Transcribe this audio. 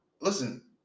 listen